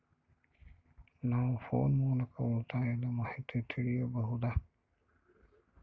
ನಾವು ಫೋನ್ ಮೂಲಕ ಉಳಿತಾಯದ ಮಾಹಿತಿ ತಿಳಿಯಬಹುದಾ?